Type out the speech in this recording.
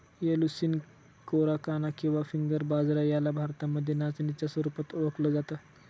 Eleusine कोराकाना किंवा finger बाजरा याला भारतामध्ये नाचणीच्या स्वरूपात ओळखल जात